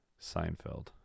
Seinfeld